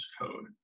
code